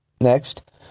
next